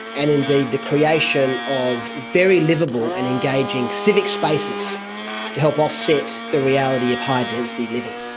and indeed the creation of very liveable and engaging civic spaces to help offset the reality of high-density living.